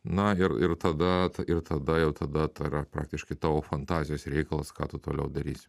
na ir ir tada ir tada jau tada tai yra praktiškai tavo fantazijos reikalas ką tu toliau darysi